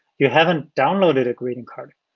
you haven't downloaded a greeting card.